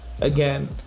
again